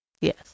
Yes